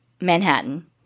Manhattan